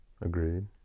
Agreed